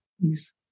Yes